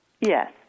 Yes